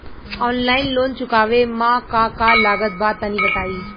Online loan चुकावे म का का लागत बा तनि बताई?